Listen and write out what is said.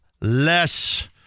less